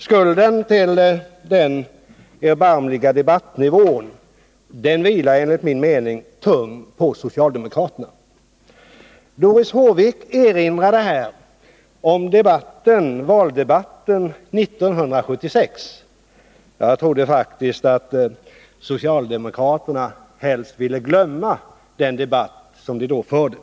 Skulden till den erbarmliga debattnivån vilar, enligt min mening, tung på socialdemokraterna. Doris Håvik erinrade om valdebatten 1976. Jag trodde faktiskt att socialdemokraterna helst ville glömma den debatt som vi då förde.